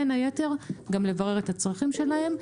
בין היתר גם לברר את הצרכים שלהם.